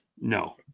no